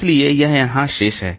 इसलिए यह यहां शेष है